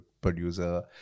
producer